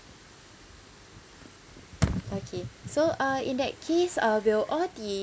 okay so uh in that case uh will all the